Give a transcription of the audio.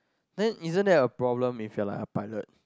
then isn't that a problem if you're like a pilot